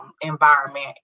environment